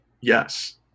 Yes